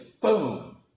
boom